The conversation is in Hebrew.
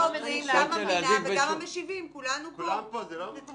גם העותרים, גם המדינה וגם המשיבים - כולנו פה.